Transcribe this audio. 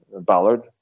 Ballard